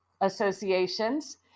associations